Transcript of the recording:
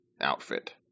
outfit